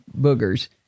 boogers